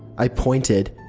i pointed.